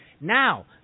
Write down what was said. Now